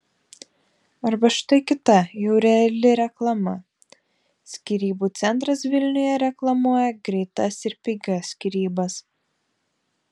arba štai kita jau reali reklama skyrybų centras vilniuje reklamuoja greitas ir pigias skyrybas